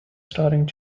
starting